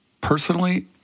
personally